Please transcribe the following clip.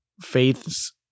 Faith's